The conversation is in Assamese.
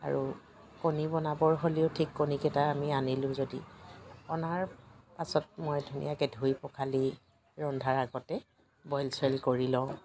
আৰু কণী বনাবৰ হ'লেও ঠিক কণীকেইটা আমি আনিলোঁ যদি অনাৰ পাছত মই ধুনীয়াকৈ ধুই পখালি ৰন্ধাৰ আগতে বইল চইল কৰি লওঁ